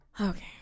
okay